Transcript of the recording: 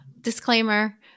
Disclaimer